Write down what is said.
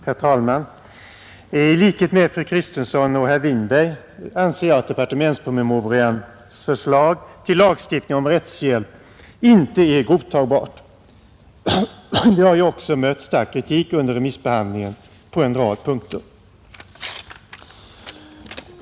Herr talman! I likhet med fru Kristensson och herr Winberg anser jag att departementspromemorians förslag till lagstiftning om rättshjälp inte är godtagbart. Det har också på en rad punkter mött stark kritik under remissbehandlingen.